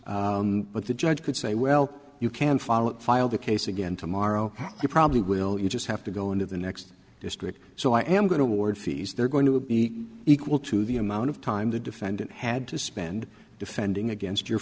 else but the judge could say well you can follow file the case again tomorrow you probably will you just have to go into the next district so i am going toward fees they're going to be equal to the amount of time the defendant had to spend defending against your